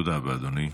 תודה רבה, אדוני.